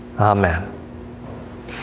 Amen